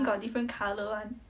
then got different colour one